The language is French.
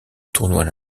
tournois